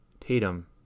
Tatum